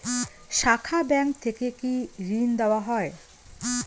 শাখা ব্যাংক থেকে কি ঋণ দেওয়া হয়?